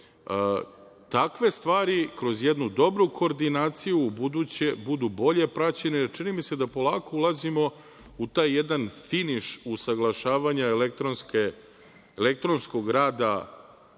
takve stvari kroz jednu dobru koordinaciju u buduće budu bolje praćene. Čini mi se da polako ulazimo u taj jedan finiš usaglašavanja elektronske,